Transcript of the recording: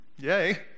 yay